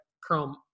Chrome